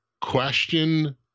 question